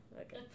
Okay